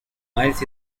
miles